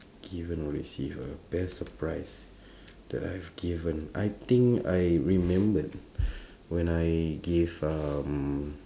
given or receive a best surprise that I've given I think I remembered when I gave um